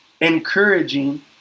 encouraging